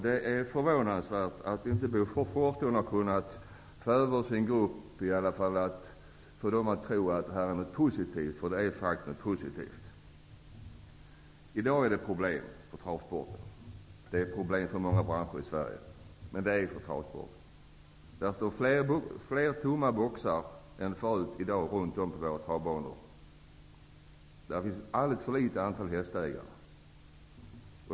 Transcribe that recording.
Det är förvånansvärt att Bo Forslund inte har kunnat få sin grupp att förstå att detta är något positivt, för det är faktiskt något positivt. I dag är det problem för travsporten. Det är problem för många branscher i Sverige. Det står i dag fler boxar tomma än tidigare på våra travbanor. Det finns alldeles för få hästägare.